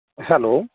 hello